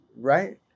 right